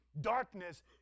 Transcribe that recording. darkness